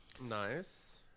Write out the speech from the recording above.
nice